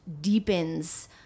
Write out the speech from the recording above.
deepens